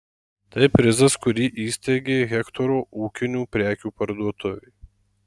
tai prizas kurį įsteigė hektoro ūkinių prekių parduotuvė